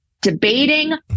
debating